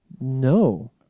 No